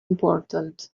important